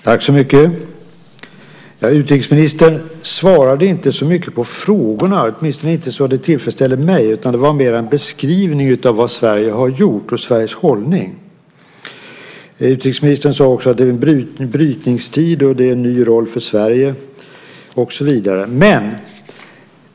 Herr talman! Utrikesministern svarade inte riktigt på frågorna, åtminstone inte så att det tillfredsställer mig, utan det var mer en beskrivning av vad Sverige gjort och av Sveriges hållning. Utrikesministern sade också att vi är i en brytningstid, att det är en ny roll för Sverige och så vidare.